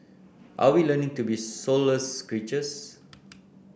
are we learning to be soulless creatures